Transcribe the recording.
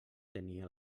tenia